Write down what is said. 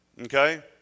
Okay